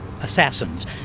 assassins